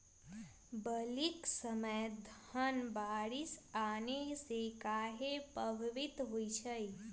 बली क समय धन बारिस आने से कहे पभवित होई छई?